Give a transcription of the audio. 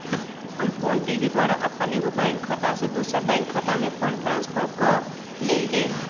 हम फोनपे के द्वारा अप्पन एगो बैंक खता से दोसर बैंक खता में फंड ट्रांसफर क लेइले